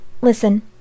Listen